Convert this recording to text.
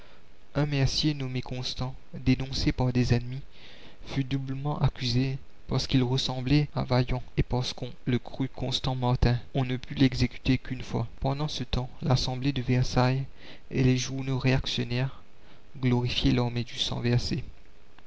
un mercier nommé constant dénoncé par des ennemis fut doublement accusé parce qu'il ressemblait à vaillant et parce qu'on le crut constant martin on ne put l'exécuter qu'une fois pendant ce temps l'assemblée de versailles et les journaux réactionnaires glorifiaient l'armée du sang versé